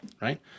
right